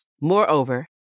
Moreover